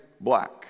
black